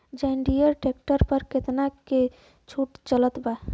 जंडियर tractor पर कितना के छूट चलत बा?